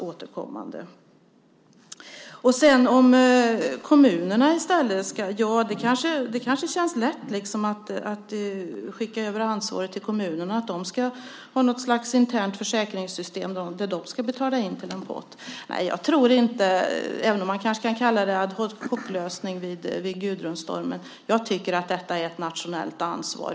Sedan har vi detta med om kommunerna i stället ska göra något. Ja, det känns kanske lätt att liksom skicka över ansvaret till kommunerna, att de ska ha något slags internt försäkringssystem där de ska betala in till en pott. Nej, jag tycker att detta - även om man kanske kan tala om en ad hoc-lösning vid Gudrunstormen - är ett nationellt ansvar.